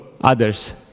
others